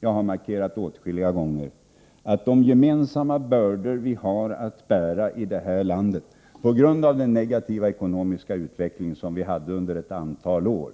Jag har åtskilliga gånger markerat att vi gemensamt måste bära de bördor som vi har att bära i det här landet — på grund av den ekonomiska utveckling som vi hade under ett antal år